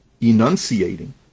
enunciating